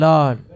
Lord